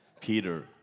Peter